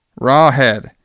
Rawhead